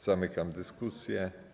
Zamykam dyskusję.